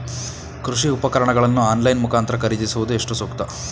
ಕೃಷಿ ಉಪಕರಣಗಳನ್ನು ಆನ್ಲೈನ್ ಮುಖಾಂತರ ಖರೀದಿಸುವುದು ಎಷ್ಟು ಸೂಕ್ತ?